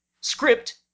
script